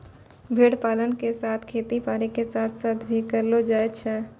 भेड़ पालन के काम खेती बारी के साथ साथ भी करलो जायल सकै छो